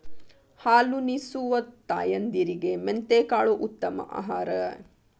ಹಾಲುನಿಸುವ ತಾಯಂದಿರಿಗೆ ಮೆಂತೆಕಾಳು ಉತ್ತಮ ಆಹಾರ